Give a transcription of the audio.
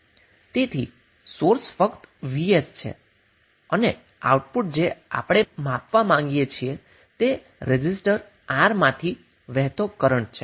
તેથી સોર્સ ફક્ત vs છે અને આઉટપુટ જે આપણે માપવા માંગીએ છીએ તે રેઝિસ્ટર R માંથી વહેતો કરન્ટ છે